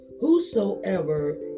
Whosoever